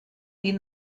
die